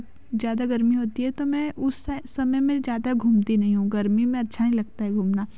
ज़्यादा गर्मी होती है तो मैं उस साइ समय में ज़्यादा घूमती नहीं हूँ गर्मी में अच्छा नहीं लगता है घूमना